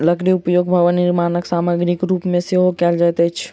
लकड़ीक उपयोग भवन निर्माण सामग्रीक रूप मे सेहो कयल जाइत अछि